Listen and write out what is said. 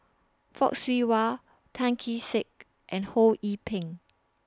Fock Siew Wah Tan Kee Sek and Ho Yee Ping